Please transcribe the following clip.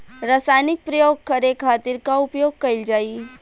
रसायनिक प्रयोग करे खातिर का उपयोग कईल जाइ?